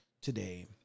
today